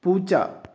പൂച്ച